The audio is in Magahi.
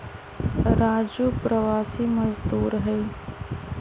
राजू प्रवासी मजदूर हई